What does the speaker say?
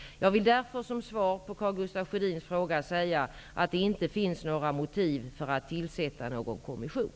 Jag vill därför som svar på Karl Gustaf Sjödins fråga säga att det inte finns några motiv för att tillsätta någon kommission.